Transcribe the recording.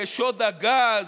כשוד הגז,